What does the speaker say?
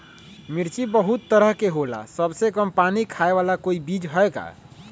मिर्ची बहुत तरह के होला सबसे कम पानी खाए वाला कोई बीज है का?